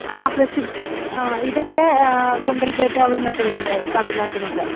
ആ ഫ്രഷ് ആ ഇതൊക്കെ ഗുണ്ടൽപ്പേട്ട് അവിടെനിന്നൊക്കെ വരുന്നതാണ് തമിഴ്നാട്ടില് നിന്നൊക്കെ